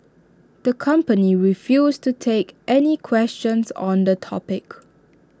the company refused to take any questions on the topic